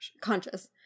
conscious